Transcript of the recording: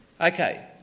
Okay